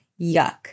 Yuck